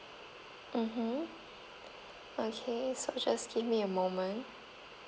mmhmm okay so just give me a moment